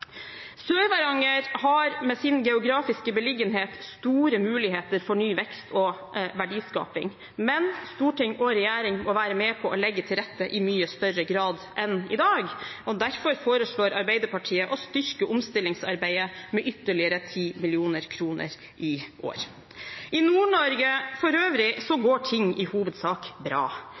har med sin geografiske beliggenhet store muligheter for ny vekst og verdiskaping, men storting og regjering må være med på å legge til rette i mye større grad enn i dag. Derfor foreslår Arbeiderpartiet å styrke omstillingsarbeidet med ytterligere 10 mill. kr i år. I Nord-Norge for øvrig går ting i hovedsak bra,